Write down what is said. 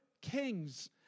Kings